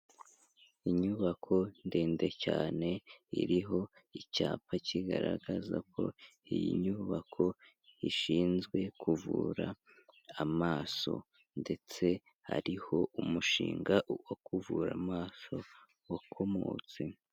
Inyubako ndende cyane iriho icyapa kigaragaza ko iyi nyubako ishinzwe kuvura amaso ndetse ari ho umushinga wo kuvura amaso wakomotse.